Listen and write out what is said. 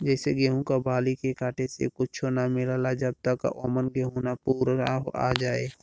जइसे गेहूं क बाली के काटे से कुच्च्छो ना मिलला जब तक औमन गेंहू ना पूरा आ जाए